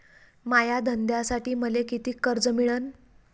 माया धंद्यासाठी मले कितीक कर्ज मिळनं?